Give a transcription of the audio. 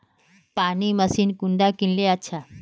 पानी मशीन कुंडा किनले अच्छा?